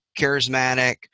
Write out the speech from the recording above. charismatic